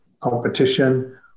competition